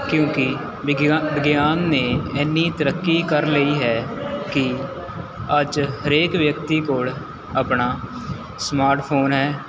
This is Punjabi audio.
ਕਿਉਂਕਿ ਵਿਗਿਆ ਵਿਗਿਆਨ ਨੇ ਐਨੀ ਤਰੱਕੀ ਕਰ ਲਈ ਹੈ ਕਿ ਅੱਜ ਹਰੇਕ ਵਿਅਕਤੀ ਕੋਲ਼ ਆਪਣਾ ਸਮਾਰਟ ਫ਼ੋਨ ਹੈ